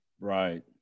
Right